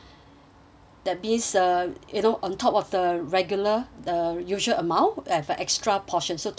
that means uh you know on top of the regular the usual amount have a extra portion so two portion of the ginger